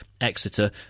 Exeter